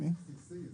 זה